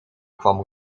kwam